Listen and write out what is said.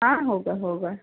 हाँ होगा होगा